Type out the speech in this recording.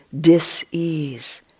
dis-ease